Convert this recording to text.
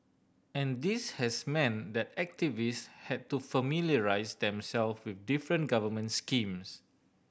and this has meant that activists had to familiarise themself with different government schemes